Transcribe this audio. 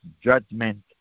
judgment